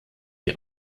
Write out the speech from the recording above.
die